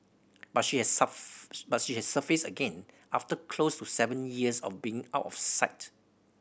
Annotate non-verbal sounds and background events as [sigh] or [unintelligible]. but she has [unintelligible] but she has surfaced again after close to seven years of being out of sight